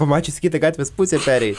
pamačius į kitą gatvės pusę pereit